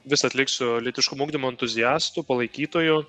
visad liksiu lytiškumo ugdymo entuziastu palaikytoju